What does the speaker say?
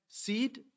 seed